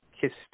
Kissed